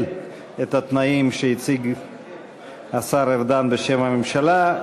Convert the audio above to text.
את התנאים שהציג השר ארדן בשם הממשלה.